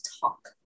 talk